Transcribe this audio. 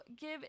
give